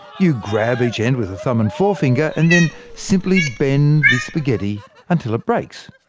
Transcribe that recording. you grab each end with a thumb and forefinger, and then simply bend the spaghetti until it breaks.